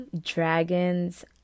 dragons